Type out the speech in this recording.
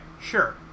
sure